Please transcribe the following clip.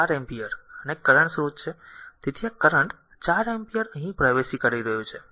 આ 4 એમ્પીયર અને કરંટ સ્રોત છે તેથી આ કરંટ 4 એમ્પીયર અહીં પ્રવેશ કરી રહ્યું છે